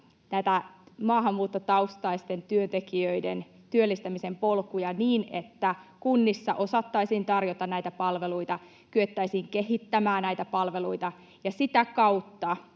maahanmuuttotaustaisten työntekijöiden työllistämisen polkuja niin, että kunnissa osattaisiin tarjota näitä palveluita, kyettäisiin kehittämään näitä palveluita ja sitä kautta